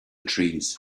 trees